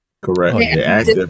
Correct